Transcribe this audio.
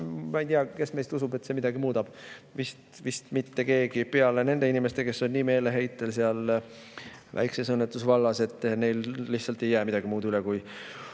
ma ei tea, kes meist usub, et see midagi muudab, vist mitte keegi peale nende inimeste, kes on nii meeleheitel seal väikses õnnetus vallas, et neil lihtsalt ei jää midagi muud üle, kui